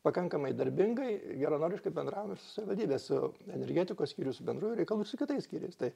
pakankamai darbingai geranoriškai bendraujam ir su savivaldybe su energetikos su bendrųjų reikalų ir su kitais skyriais tai